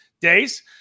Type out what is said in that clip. days